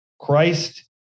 Christ